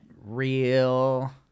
real